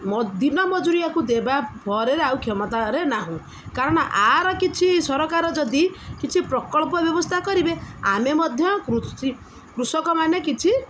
ମ ଦିନ ମଜୁରିଆକୁ ଦେବା ଫରେରେ ଆଉ କ୍ଷମତାରେ ନାହୁଁ କାରଣ ଆର କିଛି ସରକାର ଯଦି କିଛି ପ୍ରକଳ୍ପ ବ୍ୟବସ୍ଥା କରିବେ ଆମେ ମଧ୍ୟ କୃଷକମାନେ କିଛି